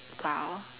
!wow!